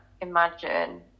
imagine